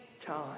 time